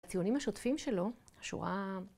‫הטיעונים השוטפים שלו, השורה...